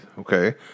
okay